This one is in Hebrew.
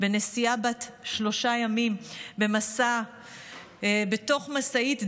בנסיעה בת שלושה ימים במסע בתוך משאית דגים.